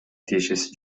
тиешеси